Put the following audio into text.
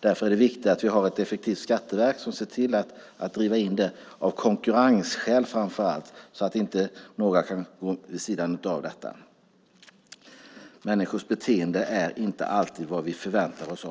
Därför är det viktigt att vi har ett effektivt skatteverk som ser till att driva in dem, framför allt av konkurrensskäl, så att inte några kan gå vid sidan om. Människors beteende är inte alltid vad vi förväntar oss.